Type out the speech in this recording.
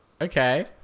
Okay